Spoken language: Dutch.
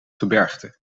gebergte